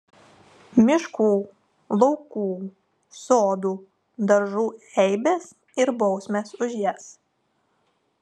miškų laukų sodų daržų eibės ir bausmės už jas